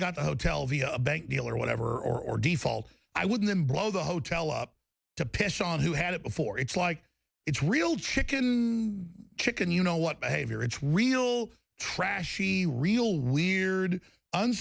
got the hotel the bank deal or whatever or default i wouldn't and blow the hotel up to piss on who had it before it's like it's real chicken chicken you know what behavior it's real trashy real weird